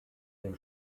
den